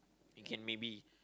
you can maybe